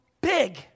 big